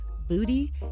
booty